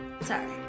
Sorry